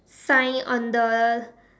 sign on the